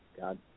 God